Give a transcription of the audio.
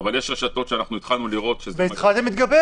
אבל יש רשתות שהתחלנו לראות שזה קורה,